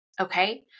Okay